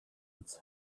its